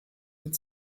mit